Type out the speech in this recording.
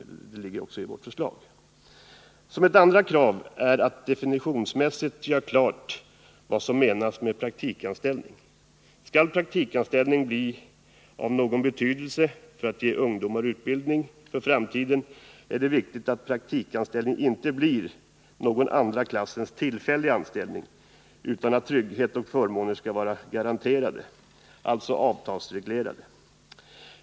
Ett andra krav är att det definitionsmässigt görs klart vad som menas med praktikanställning. Skall praktikanställning bli av någon betydelse för att ge ungdomar utbildning för framtiden är det viktigt att praktikanställning inte blir någon andra klassens anställning, av tillfällig karaktär, utan att trygghet och förmåner skall vara garanterade, dvs. avtalsreglerade.